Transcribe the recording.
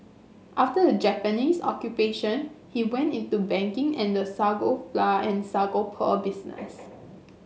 after the Japanese Occupation he went into banking and the sago flour and sago pearl business